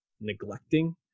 neglecting